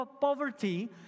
poverty